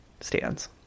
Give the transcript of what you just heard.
stands